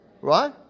Right